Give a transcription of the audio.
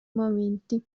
momenti